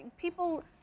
People